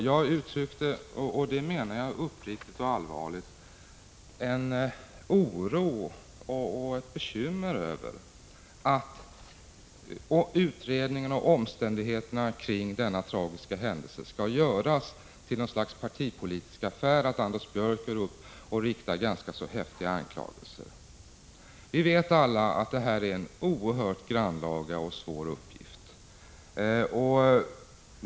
Jag uttryckte — och det menar jag uppriktigt och allvarligt — en oro och ett bekymmer över att utredningen och omständigheterna kring denna tragiska händelse skall göras till något slags partipolitisk affär, att Anders Björck framför häftiga anklagelser. Vi vet alla att det är en oerhört grannlaga och svår uppgift att granska utredningsarbetet.